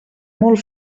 molt